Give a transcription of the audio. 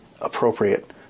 appropriate